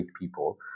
people